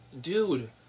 Dude